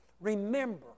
Remember